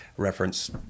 Reference